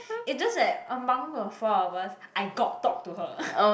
it just that among the four of us I got talk to her